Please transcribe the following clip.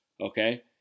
okay